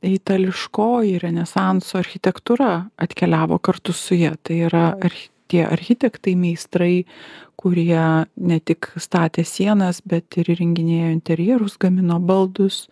itališkoji renesanso architektūra atkeliavo kartu su ja tai yra archi tie architektai meistrai kurie ne tik statė sienas bet ir įrenginėjo interjerus gamino baldus